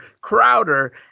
Crowder